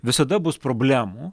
visada bus problemų